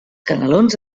canelons